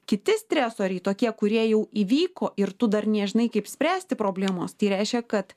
kiti stresoriai tokie kurie jau įvyko ir tu dar nežinai kaip spręsti problemos tai reiškia kad